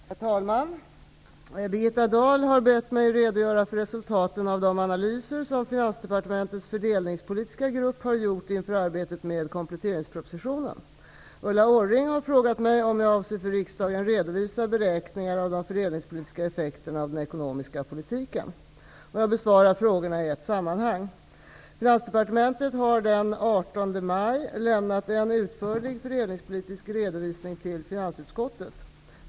Herr talman! Birgitta Dahl har bett mig redogöra för resultaten av de analyser som Finansdepartementets fördelningspolitiska grupp har gjort inför arbetet med kompletteringspropositionen. Ulla Orring har frågat mig om jag avser att för riksdagen redovisa beräkningar av de fördelningspolitiska effekterna av den ekonomiska politiken. Jag besvarar frågorna i ett sammanhang. Finansdepartementet har den 18 maj lämnat en utförlig fördelningspolitisk redovisning till finansutskottet.